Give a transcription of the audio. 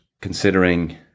considering